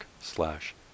slash